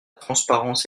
transparence